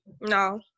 no